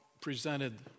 presented